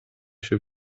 się